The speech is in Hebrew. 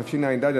התשע"ד 2014,